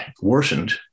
worsened